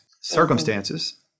circumstances